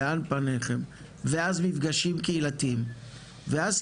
לאן פניכם?", ואז מפגשים קהילתיים.